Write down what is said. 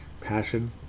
passion